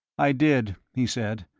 i did, he said.